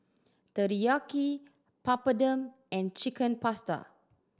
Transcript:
Teriyaki Papadum and Chicken Pasta